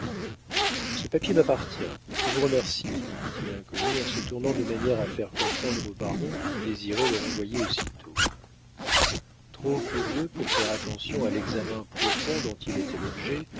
ce papier m'appartient je vous remercie dit l'inconnu en se tournant de manière à faire comprendre au baron qu'il désirait le renvoyer aussitôt trop curieux pour faire attention à l'examen profond dont il était l'objet